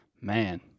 man